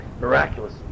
miraculous